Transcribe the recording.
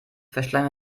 verschlang